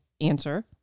answer